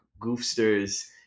goofsters